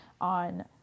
on